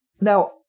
Now